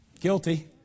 guilty